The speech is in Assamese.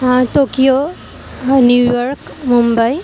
হাঁ টকিঅ' হাঁ নিউইয়ৰ্ক মুম্বাই